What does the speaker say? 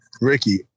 Ricky